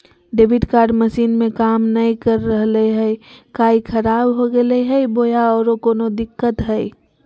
Debit card machine में काम नाय कर रहले है, का ई खराब हो गेलै है बोया औरों कोनो दिक्कत है?